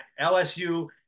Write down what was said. LSU